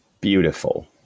Beautiful